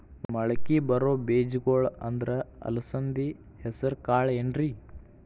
ಮಳಕಿ ಬರೋ ಬೇಜಗೊಳ್ ಅಂದ್ರ ಅಲಸಂಧಿ, ಹೆಸರ್ ಕಾಳ್ ಏನ್ರಿ?